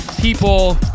people